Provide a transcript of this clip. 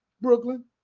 Brooklyn